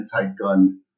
anti-gun